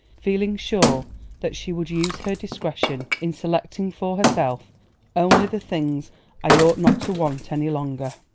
feeling sure that she would use her discretion in selecting for herself only the things i ought not to want any longer.